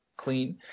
clean